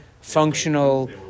functional